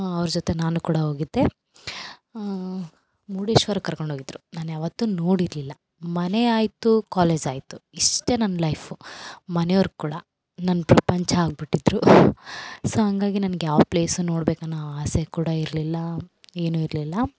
ಅವ್ರ ಜೊತೆ ನಾನು ಕೂಡ ಹೋಗಿದ್ದೆ ಮುರುಡೇಶ್ವರಕ್ಕ್ ಕರ್ಕೊಂಡೋಗಿದ್ರು ನಾನು ಯಾವತ್ತು ನೋಡಿರಲಿಲ್ಲ ಮನೆ ಆಯಿತು ಕಾಲೇಜ್ ಆಯಿತು ಇಷ್ಟೇ ನನ್ನ ಲೈಫು ಮನೆಯವ್ರು ಕೂಡ ನನ್ನ ಪ್ರಪಂಚ ಆಗಿಬಿಟ್ಟಿದ್ರು ಸೊ ಹಂಗಾಗಿ ನನ್ಗೆ ಯಾವ ಪ್ಲೇಸು ನೋಡಬೇಕನ್ನೋ ಆಸೆ ಕೂಡ ಇರಲಿಲ್ಲ ಏನು ಇರಲಿಲ್ಲ